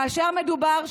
כאשר מדובר,